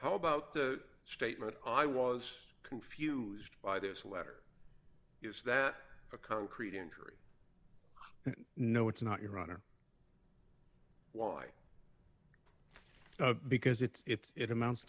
how about the statement i was confused by this letter is that a concrete injury and no it's not your honor why because it's it amounts